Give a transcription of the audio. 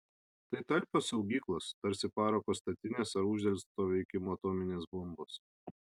tai talpios saugyklos tarsi parako statinės ar uždelsto veikimo atominės bombos